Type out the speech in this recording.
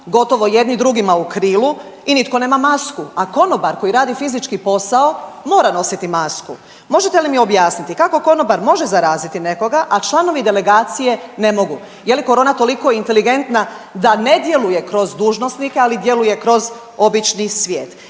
gotovo jedni drugima u krilu i nitko nema masku, a konobar koji radi fizički posao mora nositi masku. Možete li mi objasniti kako konobar može zaraziti nekoga, a članovi delegacije ne mogu. Je li korona toliko inteligentna da ne djeluje kroz dužnosnike, ali djeluje kroz obični svijet?